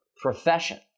profession